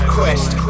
Quest